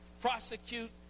prosecute